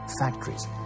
factories